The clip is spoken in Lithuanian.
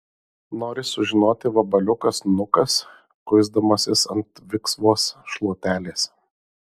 nori sužinoti vabaliukas nukas kuisdamasis ant viksvos šluotelės